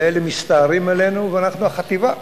ואלה מסתערים עלינו, ואנחנו החטיבה,